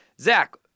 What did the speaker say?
Zach